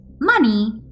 money